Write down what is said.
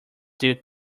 they